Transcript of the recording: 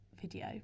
video